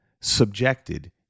Subjected